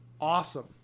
awesome